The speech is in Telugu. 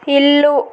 ఇల్లు